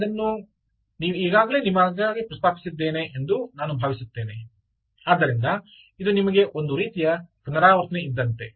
ನಾನು ಇದನ್ನು ಈಗಾಗಲೇ ನಿಮಗಾಗಿ ಪ್ರಸ್ತಾಪಿಸಿದ್ದೇನೆ ಎಂದು ನಾನು ಭಾವಿಸುತ್ತೇನೆ ಆದ್ದರಿಂದ ಇದು ನಿಮಗೆ ಒಂದು ರೀತಿಯ ಪುನರಾವರ್ತನೆ ಇದ್ದಂತೆ